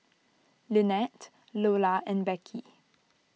Lynnette Loula and Beckie